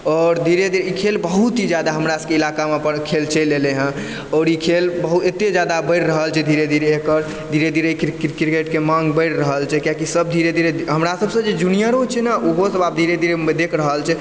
आओर धीरे धीरे ई खेल बहुत ही जादा हमरा सबके इलाकामे खेल चलि अयलै हँ आओर ई खेल बहुत एते जादा बढ़ि रहल छै धीरे धीरे एकर धीरे धीरे क्रिकेटके माँग बैढ़ रहल छै किएकि सब धीरे धीरे हमरा सबसँ जे जूनियरो छै ने ओहो सब आब धीरे धीरे देख रहल छै